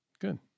Good